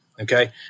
okay